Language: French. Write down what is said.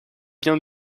bien